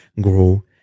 grow